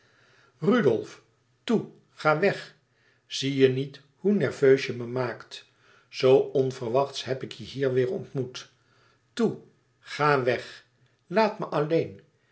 rudolf toe ga weg zie je niet hoe nerveus je me maakt zoo onverwachts heb ik je hier weêr ontmoet toe ga weg laat me alleen